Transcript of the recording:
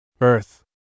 Earth